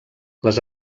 les